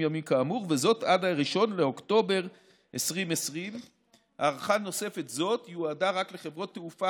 וזאת עד 1 באוקטובר 2020. הארכה נוספת זו יועדה רק לחברות תעופה